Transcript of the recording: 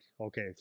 okay